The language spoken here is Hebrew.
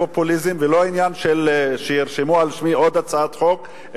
פופוליזם ולא עניין שירשמו על שמי עוד הצעת חוק,